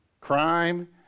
crime